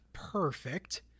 perfect